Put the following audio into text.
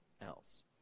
else